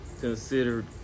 considered